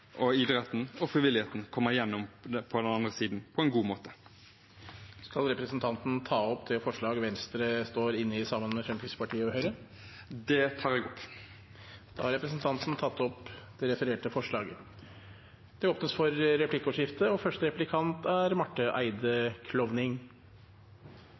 idretten og frivilligheten kommer gjennom på den andre siden på en god måte. Skal representanten ta opp det forslaget Venstre står inne i sammen med Fremskrittspartiet og Høyre? Ja, det tar jeg opp. Da har representanten Grunde Almeland tatt opp det forslaget han refererte til. Det blir replikkordskifte.